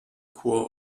chor